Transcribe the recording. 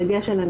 בדרך כלל,